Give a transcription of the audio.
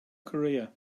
career